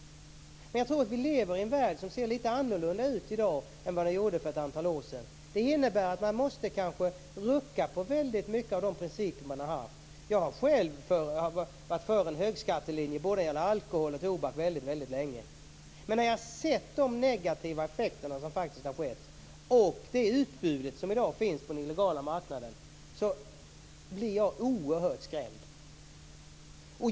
Men jag tror att vi lever i en värld som ser litet annorlunda ut i dag än vad den gjorde för ett antal år sedan. Det innebär att man kanske måste rucka på väldigt många av de principer som man har haft. Jag har själv väldigt länge varit för en högskattelinje när det gäller både alkohol och tobak. Men när jag har sett de negativa effekterna och det utbud som i dag finns på den illegala marknaden, blir jag oerhört skrämd.